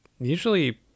usually